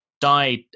died